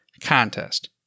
contest